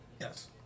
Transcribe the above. Yes